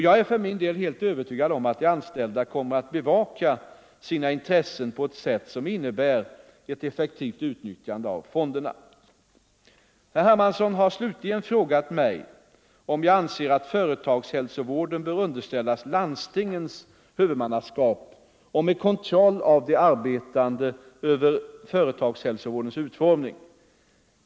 Jag är för min del helt övertygad om att de anställda kommer att bevaka sina intressen på ett sätt som innebär ett effektivt utnyttjande av fonderna. Herr Hermansson har slutligen frågat mig om jag anser att företagshälsovården bör underställas landstingens huvudmannaskap och med kontroll av de arbetande över företagshälsovårdens utformning.